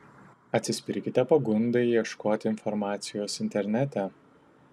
atsispirkite pagundai ieškoti informacijos internete